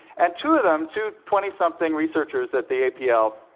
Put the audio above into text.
and two of them, two twentysomething researchers at the apl,